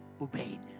Obeyed